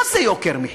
מה זה יוקר מחיה?